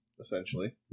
essentially